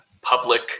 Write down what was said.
public